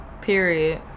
Period